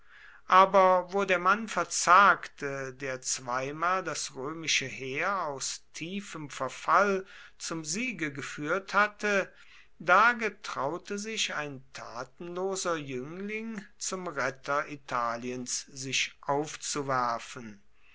aber wo der mann verzagte der zweimal das römische heer aus tiefem verfall zum siege geführt hatte da getraute sich ein tatenloser jüngling zum retter italiens sich aufzuwerfen